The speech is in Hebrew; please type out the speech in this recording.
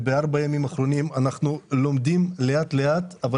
בארבעה הימים האחרונים אנחנו לומדים לאט-לאט אבל